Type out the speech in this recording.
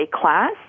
class